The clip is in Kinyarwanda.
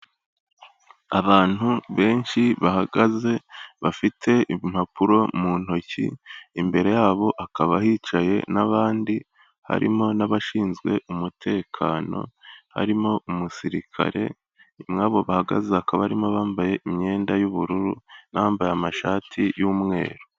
Abantu benshi bahagaze bafite impapuro mu ntoki. Imbere yabo hakaba hicaye n'abandi harimo n'abashinzwe umutekano, harimo umusirikare. Muri abo bahagaze hakaba harimo abambaye imyenda y'ubururu n'abambaye amashati y'umweru.